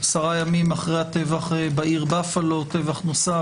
עשרה ימים אחרי הטבח בעיר באפלו טבח נוסף,